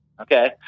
okay